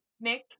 Nick